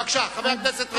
בבקשה, חברת הכנסת רגב.